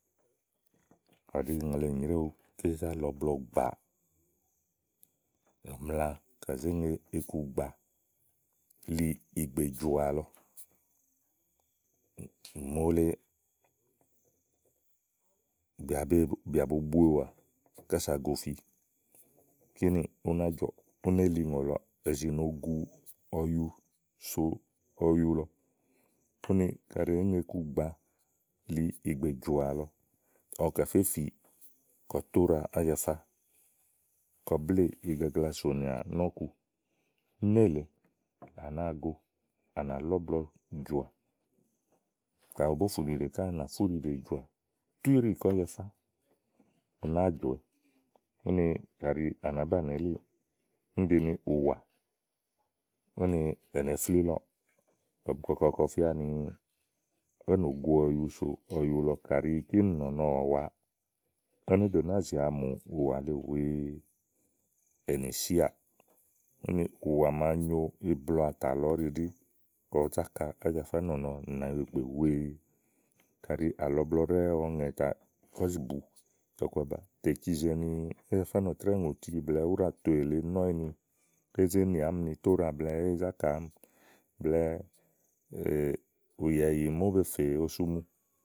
kàɖi ùŋle nyréwu ké zá lɔ iblɔ gbàa, ù mla kà zé ŋe ikugbàa li ìgbè jɔà lɔ mòole bìà bo bue ùwà kása gofi kínì, ú ná jɔ̀ɔ̀ úné lì ùŋò lɔɔ è zì nòo gu ɔyu si ɔyu lɔ. úni kaɖi èé ŋe ikugbàa li ìgbè jɔ̀à lɔ ɔwɔ kɛ́ fé fìiì kɔ tóɖa Ájafá, kɔ bléè igagla sònìà nɔ̀ku nélèe a nàáa go, à nà lɔ iblɔ jɔ̀à. kaɖi òbò fùu ùɖiɖè ká à, à nà fú ùɖiɖèjɔ̀à tú íɖì kɔ Ájafá, u nàáa jɔ̀ɔwɛ úni kaɖi à ɖàá banìi elíì, úni ɖi ni ùwà è nèe flílɔ̀ɔ kɔm kɔkɔ kɔ fía ni é nòo gu ɔyu so ɔyu lɔ kàɖi kínì nɔ̀nɔ àwa la, ó nó ɖo nàáa zì amù ùwà le wèe, enì síàà úni ùwà màa nyo iblɔ àtàlɔ ɔ̀ɖi ɖi kɔ zá ka Ájafá nɔ̀nɔ nànyiɖe wèe kaɖi àlɔ iblɔ ŋɛ̀ kɔ̀ zì bu ɔku baba tè cizèe ni Ájafá nɔtrɛ́ɛ̀ ŋòti le blɛ̀ɛ ùɖàtoè le nɔ̀eyi ni zé ni màámi ni tóɖa blɛ̀ɛ éè zá ka màámiì blɛ̀ɛ ùyà ìyì màa ówó be fè osumu.